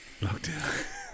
Lockdown